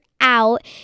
out